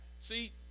See